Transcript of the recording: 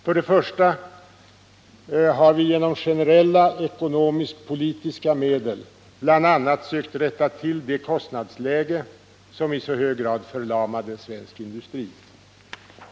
För det första har vi genom generella ekonomisk-politiska medel bl.a. sökt rätta till det kostnadsläge som i så hög grad förlamade svensk industri.